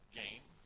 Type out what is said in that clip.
game